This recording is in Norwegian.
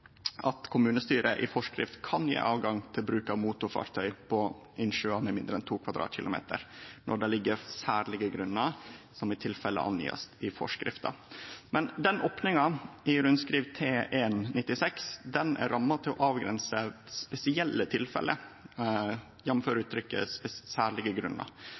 at kommunestyret kan gje forskrift om rett til «bruk av motorfartøy på innsjøer mindre enn 2 kvadratkilometer når det foreligger særlige grunner som i tilfelle må angis i forskriften». Men opninga i rundskriv T-1/96 er avgrensa til spesielle tilfelle, jf. uttrykket «særlige grunner», og dei avgrensa aktuelle tilfella er